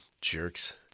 Jerks